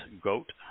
goat